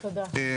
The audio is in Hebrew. אדוני.